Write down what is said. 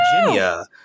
Virginia